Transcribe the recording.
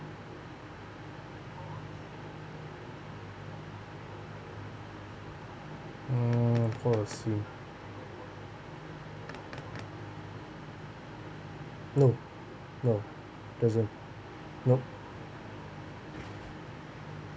mm so I see no no doesn't nope